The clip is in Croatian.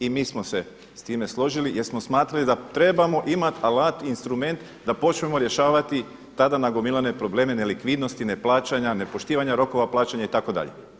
I mi smo se s time složili jer smo smatrali da trebamo imati alat i instrument da počnemo rješavati tada nagomilane probleme nelikvidnosti, neplaćanja, nepoštivanja rokova plaćanja itd.